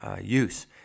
use